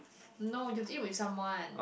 no you'll eat with someone